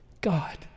God